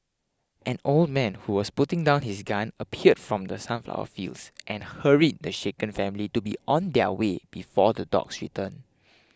an old man who was putting down his gun appeared from the sunflower fields and hurried the shaken family to be on their way before the dogs return